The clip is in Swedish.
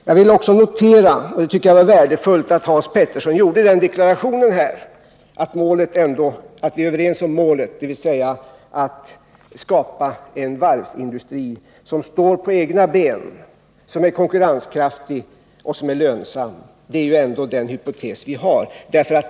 Jag vill också notera — jag tycker det var värdefullt att Hans Petersson gjorde den deklarationen — att vi är överens om målet, dvs. att skapa en varvsindustri som står på egna ben, som är konkurrenskraftig och lönsam. Det är den hypotes som vi har.